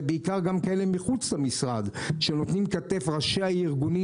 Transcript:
ובעיקר גם כאלה מחוץ למשרד שנותנים כתף ראשי הארגונים